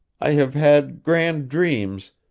i have had grand dreams,